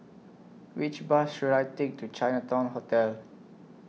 Which Bus should I Take to Chinatown Hotel